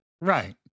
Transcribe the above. Right